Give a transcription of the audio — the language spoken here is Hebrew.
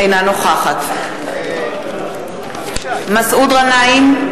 אינה נוכחת מסעוד גנאים,